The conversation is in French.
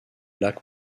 lac